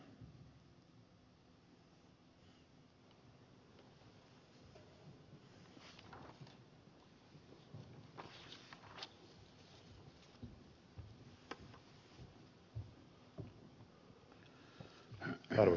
arvoisa puhemies